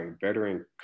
veteran